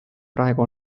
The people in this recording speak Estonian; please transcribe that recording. praegu